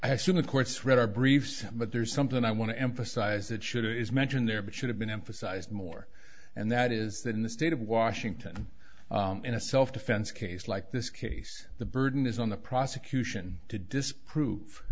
i assume the court's read our briefs but there's something i want to emphasize that should is mentioned there but should have been emphasized more and that is that in the state of washington in a self defense case like this case the burden is on the prosecution to disprove